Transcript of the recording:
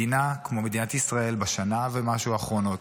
מדינה כמו מדינת ישראל בשנה ומשהו האחרונות,